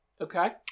Okay